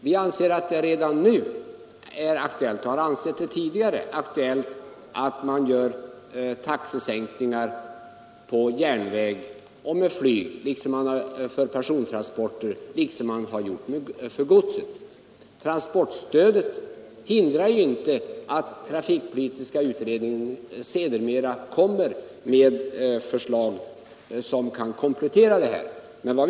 Vi anser och har tidigare ansett att det är aktuellt att redan nu införa taxesänkningar för persontransporter med järnväg och flyg liksom man har gjort för gods. Transportstödet hindrar inte att trafikpolitiska utredningen sedermera lägger fram förslag som kan komplettera dessa.